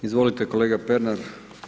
Izvolite kolega Pernar.